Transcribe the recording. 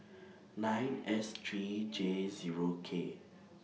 nine S three J Zero K